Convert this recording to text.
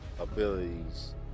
abilities